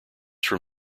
from